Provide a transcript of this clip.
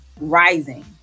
rising